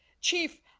Chief